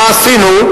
מה עשינו?